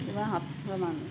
এরা হাতখোলা মানুষ